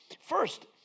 First